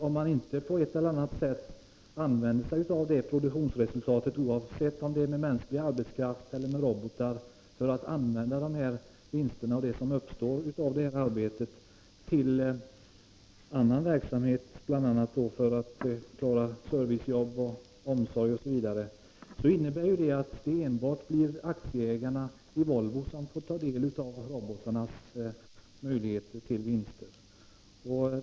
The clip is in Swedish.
Om man inte — oavsett om det är mänsklig arbetskraft eller robotar — på ett eller annat sätt använder sig av det produktionsresultat och de vinster som uppstår genom arbetet för att klara service och omsorger i samhället, innebär detta att enbart aktieägarna i Volvo får ta del av de vinster som robotarna skapar.